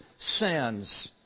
sins